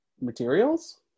materials